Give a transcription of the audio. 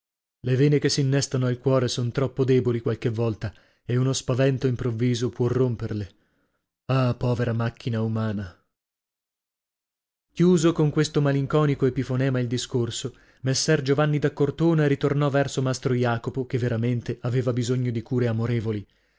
le vene che s'innestano al cuore son troppo deboli qualche volta e uno spavento improvviso può romperle ah povera macchina umana chiuso con questo malinconico epifonema il discorso messer giovanni da cortona ritornò verso mastro jacopo che veramente aveva bisogno di cure amorevoli